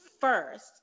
first